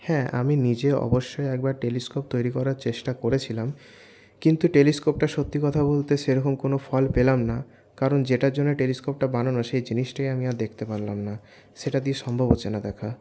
হ্যাঁ আমি নিজে অবশ্যই একবার টেলিস্কোপ তৈরি করার চেষ্টা করেছিলাম কিন্তু টেলিস্কোপটা সত্যি কথা বলতে সেরকম কোন ফল পেলাম না কারণ যেটার জন্যে টেলিস্কোপটা বানানো সেই জিনিসটাই আমি আর দেখতে পারলাম না সেটা দিয়ে সম্ভব হচ্ছে না দেখা